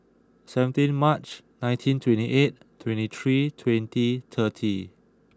seventeen March nineteen twenty eight twenty three twenty thirty